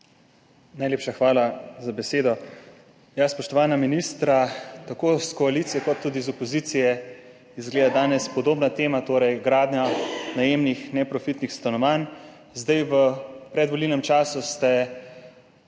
Najlepša hvala za besedo. Spoštovana ministra! Tako v koaliciji kot tudi v opoziciji je izgleda danes podobna tema, torej gradnja najemnih neprofitnih stanovanj. V predvolilnem času ste stranke